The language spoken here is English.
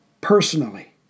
personally